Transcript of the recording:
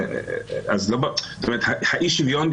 אי-השוויון,